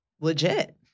legit